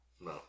No